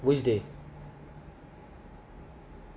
wisdom